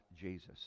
Jesus